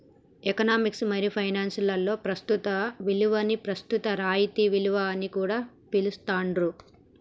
economics మరియు finance లలో ప్రస్తుత విలువని ప్రస్తుత రాయితీ విలువ అని కూడా పిలుత్తాండ్రు